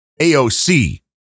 aoc